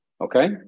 Okay